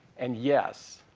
and yes,